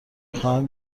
خواهم